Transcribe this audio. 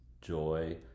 joy